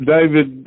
David